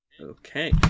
Okay